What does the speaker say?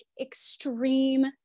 extreme